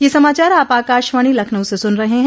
ब्रे क यह समाचार आप आकाशवाणी लखनऊ से सुन रहे हैं